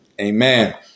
Amen